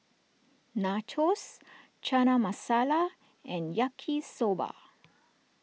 Nachos Chana Masala and Yaki Soba